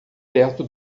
perto